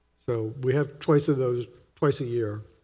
so we have twice of those twice a year.